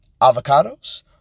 avocados